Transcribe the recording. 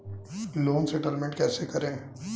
Loan settlement कैसे करें?